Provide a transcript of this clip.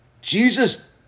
Jesus